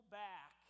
back